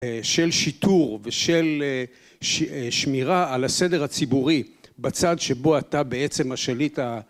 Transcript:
של שיטור ושל שמירה על הסדר הציבורי, בצד שבו אתה בעצם השליט ה...